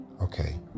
Okay